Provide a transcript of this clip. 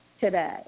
today